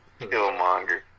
Killmonger